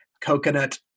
coconut